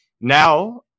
Now